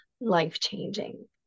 life-changing